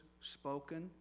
spoken